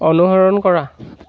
অনুসৰণ কৰা